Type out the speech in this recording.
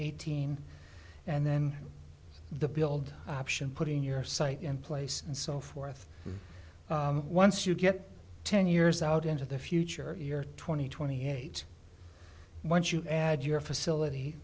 eighteen and then the build option putting your site in place and so forth once you get ten years out into the future you're twenty twenty eight once you add your facility